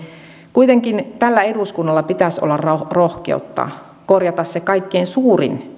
kuitenkin tällä eduskunnalla pitäisi olla rohkeutta korjata se kaikkein suurin